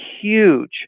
huge